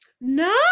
no